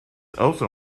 also